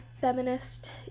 feminist